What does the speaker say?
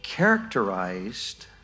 characterized